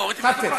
נא לרדת.